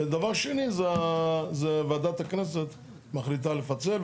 ודבר שני, זה ועדת הכנסת מחליטה לפצל.